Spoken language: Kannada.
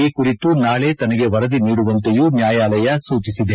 ಈ ಕುರಿತು ನಾಳೆ ತನಗೆ ವರದಿ ನೀಡುವಂತೆಯೂ ನ್ಯಾಯಾಲಯ ಸೂಚಿಸಿದೆ